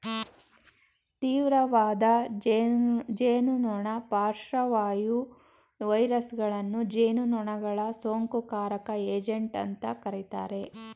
ತೀವ್ರವಾದ ಜೇನುನೊಣ ಪಾರ್ಶ್ವವಾಯು ವೈರಸಗಳನ್ನು ಜೇನುನೊಣಗಳ ಸೋಂಕುಕಾರಕ ಏಜೆಂಟ್ ಅಂತ ಕರೀತಾರೆ